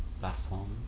platform